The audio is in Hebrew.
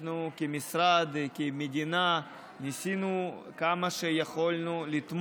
אנחנו, כמשרד, כמדינה, ניסינו לתמוך כמה שיכולנו,